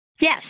Yes